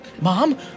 Mom